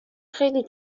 خیلی